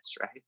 right